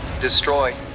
Destroy